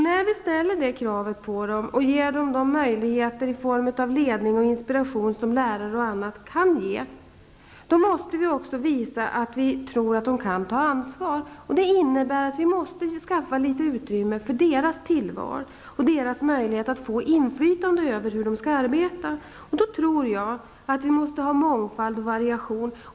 När vi ställer det kravet på dem och ger dem möjligheter i form av den ledning och inspiration som bl.a. lärare kan ge, måste vi också visa att vi tror att de kan ta ansvar. Det innebär att vi måste skapa litet utrymme för deras tillval och deras möjlighet att få inflytande över hur de skall arbeta. Vi måste ha mångfald och variation.